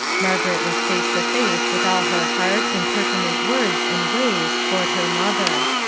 margaret was face to face with all her hard, impertinent words and ways toward her mother.